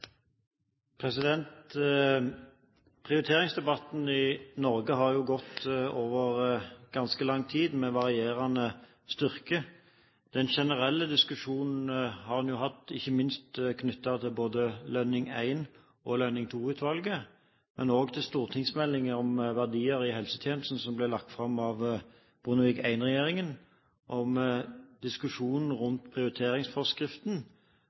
Prioriteringsdebatten i Norge har gått over ganske lang tid, med varierende styrke. Den generelle diskusjonen har en jo hatt ikke minst knyttet til både Lønning I- og Lønning II-utvalget, men også til stortingsmeldingen om verdier i helsetjenesten, som ble lagt fram av Bondevik